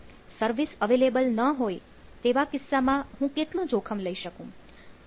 service available ન હોય તેવા કિસ્સામાં હું કેટલું જોખમ લઈ શકું